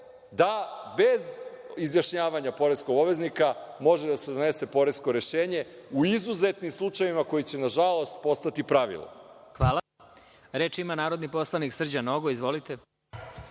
da bez izjašnjavanja poreskog obveznika može da se donese poresko rešenje u izuzetnim slučajevima koji će na žalost postati pravilo. **Đorđe Milićević** Hvala. Reč ima narodni poslanik Srđan Nogo. Izvolite.